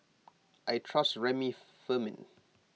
I trust Remifemin